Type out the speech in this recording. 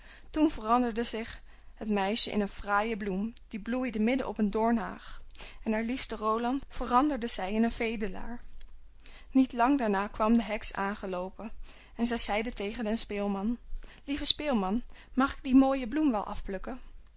toen veranderde zich het meisje in een fraaie bloem die bloeide midden op een doornhaag en haar liefste roland veranderde zij in een vedelaar niet lang daarna kwam de heks aangeloopen en zij zeide tegen den speelman lieve speelman mag ik die mooie bloem wel afplukken